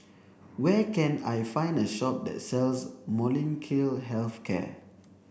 where can I find a shop that sells Molnylcke health care